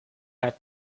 had